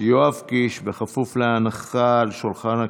יואב קיש, בכפוף להנחה על שולחן הכנסת,